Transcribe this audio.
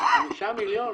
חמישה מיליון,